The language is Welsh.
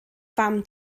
fam